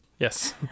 Yes